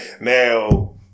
now